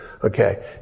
Okay